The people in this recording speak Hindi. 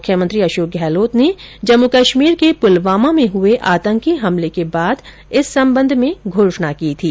मुख्यमंत्री अशोक गहलोत ने जम्मू कश्मीर के पुलवामा में हुए आतंकी हमले के बाद इस संबंध में घोषणा की थी